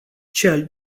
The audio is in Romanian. ceea